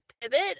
pivot